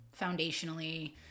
foundationally